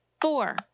four